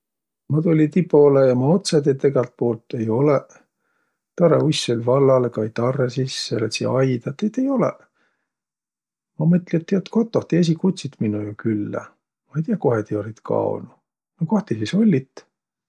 Ma tulli tiiq poolõ ja ma otsõ teid egält puult – ei olõq. Tarõuss oll' vallalõ. Kai tarrõ sisse ja lätsi aida – teid ei olõq. Ma mõtli, et ti olt kotoh, ti esiq kutsit minno jo küllä. Ma ei tiiäq, kohe ti ollit kaonuq. No koh ti sis olliq?